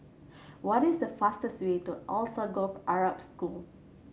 what is the fastest way to Alsagoff Arab School